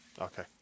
Okay